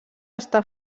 estar